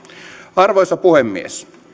arvoisa puhemies